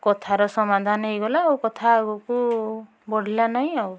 କଥାର ସମାଧାନ ହୋଇଗଲା ଆଉ କଥା ଆଗକୁ ବଢ଼ିଲା ନାହିଁ ଆଉ